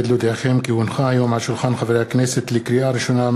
רפואה שלמה ומהירה לכל הפצועים בפיגוע,